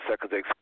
seconds